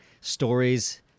stories